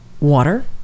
water